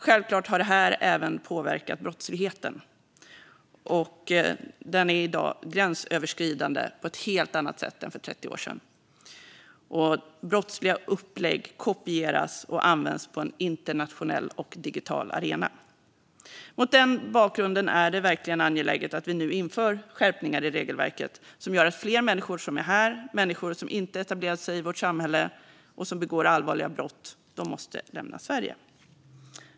Självklart har det här även påverkat brottsligheten, som i dag är gränsöverskridande på ett helt annat sätt än för 30 år sedan. Brottsliga upplägg kopieras och används på en internationell och digital arena. Mot den bakgrunden är det verkligen angeläget att vi nu inför skärpningar i regelverket som gör att fler människor som är här, människor som inte har etablerat sig i vårt samhälle och som begår allvarliga brott måste lämna Sverige.